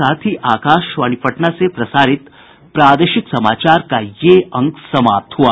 इसके साथ ही आकाशवाणी पटना से प्रसारित प्रादेशिक समाचार का ये अंक समाप्त हुआ